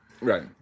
Right